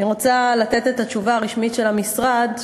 2. אני רוצה לתת את התשובה הרשמית של המשרד,